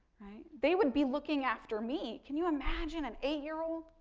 they would be looking after me. can you imagine an eight year old?